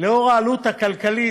לנוכח העלות הכלכלית,